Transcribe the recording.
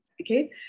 Okay